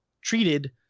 treated